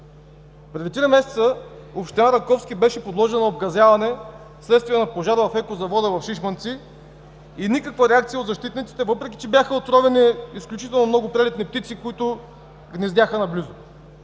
Преди три месеца община Раковски беше подложена на обгазяване вследствие на пожар в екозавода в Шишманци и никаква реакция от защитниците, въпреки че бяха отровени изключително много прелетни птици, които гнездяха наблизо.